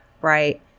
right